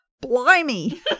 Blimey